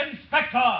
inspector